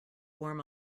warm